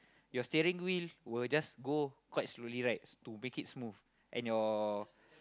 your steering wheel will just go quite slowly right to make it smooth and your